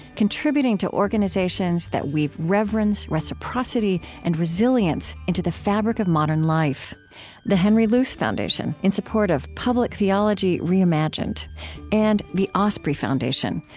contributing to organizations that weave reverence, reciprocity, and resilience into the fabric of modern life the henry luce foundation, in support of public theology reimagined and the osprey foundation,